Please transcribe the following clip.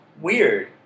weird